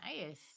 Nice